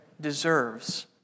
deserves